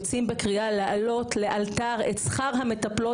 יוצאים בקריאה להעלות לאלתר את שכר המטפלות,